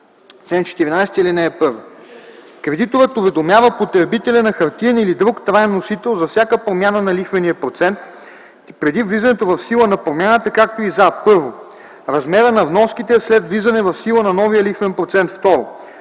Кредиторът уведомява потребителя на хартиен или на друг траен носител за всяка промяна на лихвения процент преди влизането в сила на промяната, както и за: 1. размера на вноските след влизане в сила на новия лихвен процент; 2.